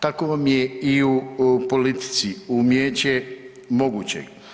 Tako vam je i u politici, umijeće mogućeg.